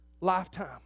lifetime